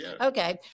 Okay